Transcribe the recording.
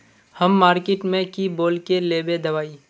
हम मार्किट में की बोल के लेबे दवाई?